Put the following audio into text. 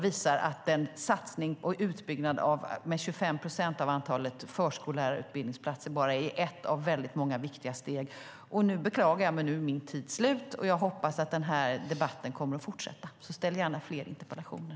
Vår satsning på och utbyggnad av antalet förskollärarutbildningsplatser med 25 procent är därför ett av många viktiga steg. Jag beklagar, men min talartid är slut. Jag hoppas dock att debatten fortsätter, så ställ gärna fler interpellationer.